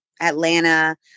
Atlanta